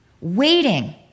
waiting